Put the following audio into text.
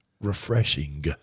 refreshing